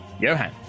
Johan